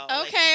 okay